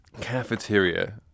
cafeteria